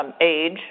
age